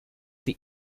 die